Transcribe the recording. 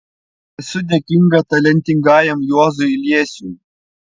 esu dėkinga talentingajam juozui liesiui